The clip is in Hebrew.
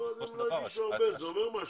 זה אומר משהו.